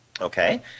Okay